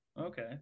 okay